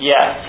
Yes